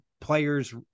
players